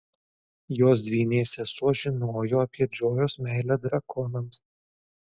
jos dvynė sesuo žinojo apie džojos meilę drakonams